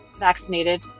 vaccinated